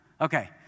Okay